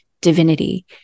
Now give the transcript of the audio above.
divinity